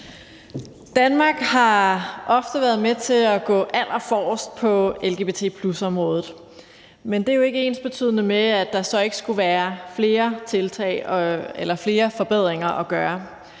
Danmark har ofte været med til at gå allerforrest på lgbt+-området, men det er jo ikke ensbetydende med, at der så ikke skulle være flere forbedringer at gøre.